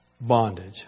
bondage